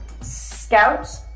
scout